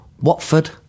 Watford